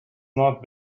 not